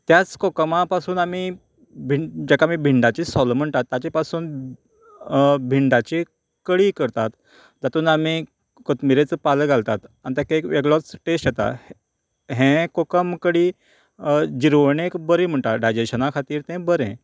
त्याच कोकमा पासून आमी भीण्ण जाका आमी भिंडाचें सोलां म्हणटात ताचें पासून भिंडाची कडी करतात तातून आमी कोथमेरेचो पालो घालतात ताका एक वोगळोच टेस्ट येता हें कोकम कडी जिरवणेक बरी म्हणटात डायजॅशना खातीर ते बरें